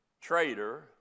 traitor